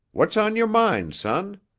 what's on your mind, son?